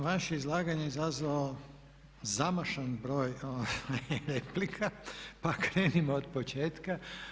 Vaše izlaganje izazvalo je zamašan broj replika pa krenimo od početka.